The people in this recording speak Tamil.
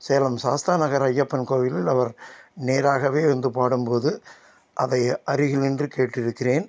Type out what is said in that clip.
சேலம் சாஸ்தா நகர் ஐயப்பன் கோவிலில் அவர் நேராகவே வந்து பாடும் போது அதை அருகில் நின்று கேட்டிருக்கிறேன்